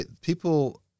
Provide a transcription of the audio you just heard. people